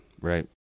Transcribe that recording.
Right